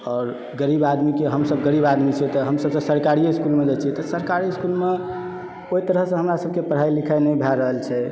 आओर गरीब आदमी के हमसभ गरीब आदमी छियै तऽ हमसभ सरकारीये इसकुलमे जाइ छियै सरकारी इसकुलमे ओहि तरहसँ हमरासभकेँ पढ़ाइ लिखाइ नहि भए रहल छै